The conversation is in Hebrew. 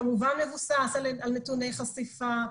כמובן מבוסס על נתוני חשיפה,